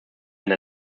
eine